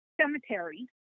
cemetery